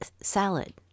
salad